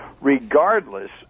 regardless